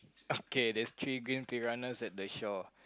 okay there's three green piranhas at the shore